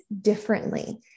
differently